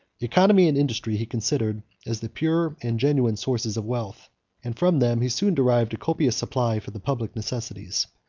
economy and industry he considered as the pure and genuine sources of wealth and from them he soon derived a copious supply for the public necessities.